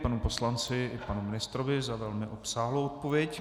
Děkuji panu poslanci i panu ministrovi za velmi obsáhlou odpověď.